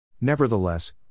Nevertheless